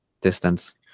distance